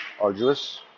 arduous